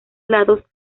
lados